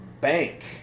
bank